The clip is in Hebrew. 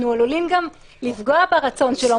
אנחנו עלולים גם לפגוע ברצון שלו,